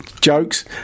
Jokes